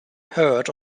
heard